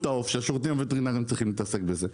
העוף שהשירותים הווטרינרים צריכים להתעסק בזה?